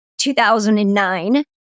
2009